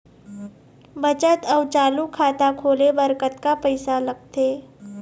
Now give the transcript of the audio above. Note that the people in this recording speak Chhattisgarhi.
बचत अऊ चालू खाता खोले बर कतका पैसा लगथे?